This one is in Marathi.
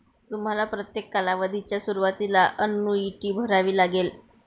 तुम्हाला प्रत्येक कालावधीच्या सुरुवातीला अन्नुईटी भरावी लागेल